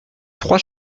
trois